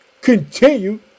continue